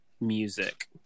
music